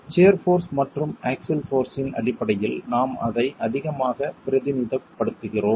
shear force மற்றும் axial force இன் அடிப்படையில் நாம் அதை அதிகமாகப் பிரதிநிதித்துவப்படுத்துகிறோம்